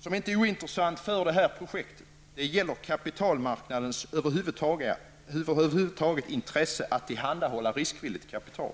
som inte är ointressant för det här projektet gäller kapitalmarkandens intresse över huvud taget att tillhandahålla riskvilligt kapital.